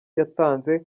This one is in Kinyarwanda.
yatanze